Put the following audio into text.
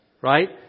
right